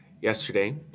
yesterday